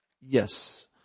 Yes